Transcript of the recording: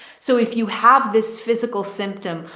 so if you have this physical symptom,